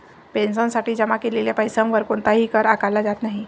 पेन्शनसाठी जमा केलेल्या पैशावर कोणताही कर आकारला जात नाही